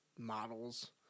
Models